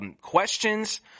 questions